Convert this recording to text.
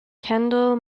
kendall